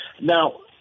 Now